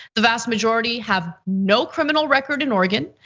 the vast majority have no criminal record in oregon.